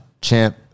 champ